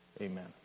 Amen